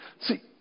See